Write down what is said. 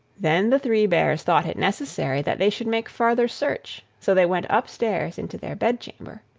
then the three bears thought it necessary that they should make farther search so they went upstairs into their bedchamber.